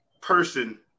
person